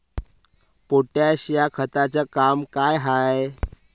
Potash या खताचं काम का हाय?